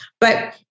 But-